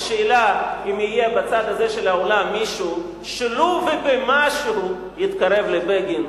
השאלה היא אם יהיה בצד הזה של האולם מישהו שלו במשהו יתקרב לבגין.